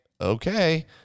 okay